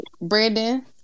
Brandon